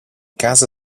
casa